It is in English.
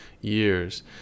years